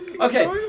Okay